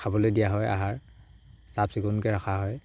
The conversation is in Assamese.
খাবলৈ দিয়া হয় আহাৰ চাফ চিকুণকে ৰখা হয়